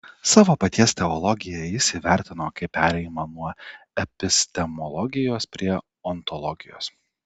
savo paties teologiją jis įvertino kaip perėjimą nuo epistemologijos prie ontologijos